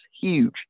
huge